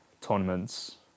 tournaments